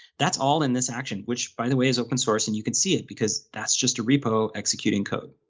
that's all in this action, which by the way is open source and you can see it because that's just a repo executing code.